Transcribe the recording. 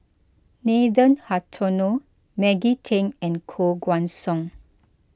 Nathan Hartono Maggie Teng and Koh Guan Song